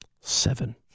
Seven